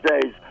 days